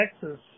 Texas